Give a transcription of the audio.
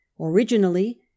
Originally